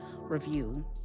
review